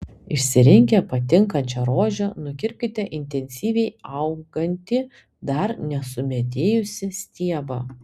išsirinkę patinkančią rožę nukirpkite intensyviai augantį dar nesumedėjusį stiebą